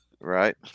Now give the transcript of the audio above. Right